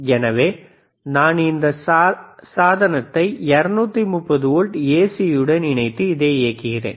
எனவே நான் இந்த சாதனத்தை 230 வோல்ட் ஏசியுடன் இணைத்து அதை இயக்குகிறேன்